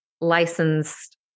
licensed